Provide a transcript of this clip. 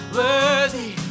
worthy